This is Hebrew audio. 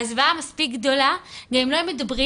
והזוועה מספיק גדולה גם אם לא מדברים